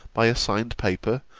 by a signed paper,